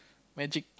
magic